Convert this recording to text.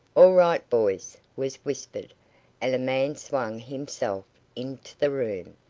all right, boys, was whispered, and a man swung himself into the room.